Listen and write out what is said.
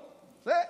זה?